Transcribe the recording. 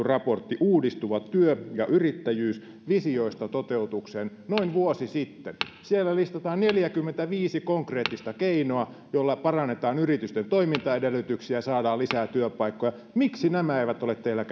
raportti uudistuva työ ja yrittäjyys visioista toteutukseen noin vuosi sitten siellä listataan neljäkymmentäviisi konkreettista keinoa joilla parannetaan yritysten toimintaedellytyksiä ja saadaan lisää työpaikkoja miksi nämä eivät ole teillä